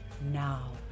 Now